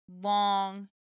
long